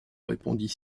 répondit